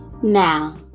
now